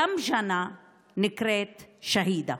גם ג'אנה נקראת שהידה.